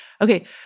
Okay